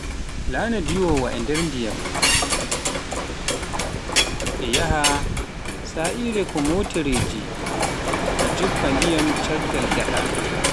Laana ina diwa e nder ndiyam e moteriiji ina njuppa ndiyam caggal